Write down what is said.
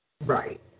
Right